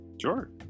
Sure